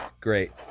Great